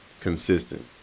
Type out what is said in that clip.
consistent